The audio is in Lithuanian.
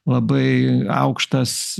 labai aukštas